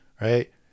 right